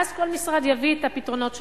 ואז כל משרד יביא את הפתרונות שלו.